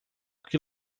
que